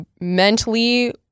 mentally